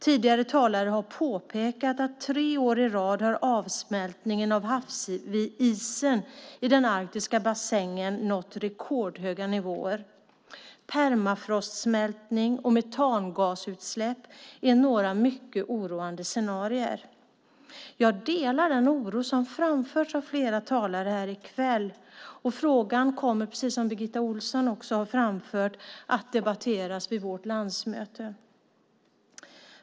Tidigare talar har påpekat att avsmältningen av havsisen i den arktiska bassängen har nått rekordhöga nivåer tre år i rad. Permafrostsmältning och metangasutsläpp är några mycket oroande scenarier. Jag delar den oro som framförts av flera talare här i kväll. Frågan kommer, precis som Birgitta Ohlsson har framfört, att debatteras vid vårt landsmöte.